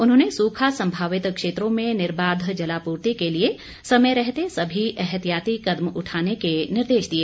उन्होंने सूखा संभावित क्षेत्रों में निर्बाध जलापूर्ति के लिए समय रहते सभी अहतियाती कदम उठाने के निर्देश दिए